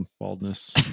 baldness